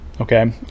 okay